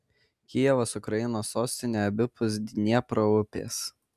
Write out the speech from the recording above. kijevas ukrainos sostinė abipus dniepro upės